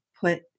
put